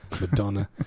Madonna